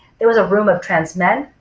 there was a room of trans men,